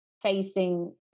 facing